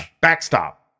backstop